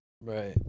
Right